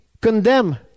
condemn